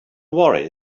worry